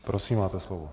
Prosím, máte slovo.